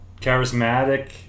charismatic